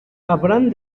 habrán